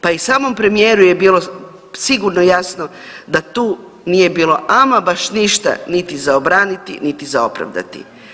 Pa i samom premijeru je bilo sigurno jasno da tu nije bilo ama baš ništa za niti za obraniti, niti za opravdati.